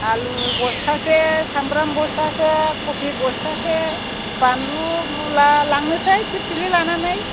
आलु बस्थासे सामब्राम बस्थासे खफि बस्थासे बानलु मुला लांनोसै फिरफिलि लानानै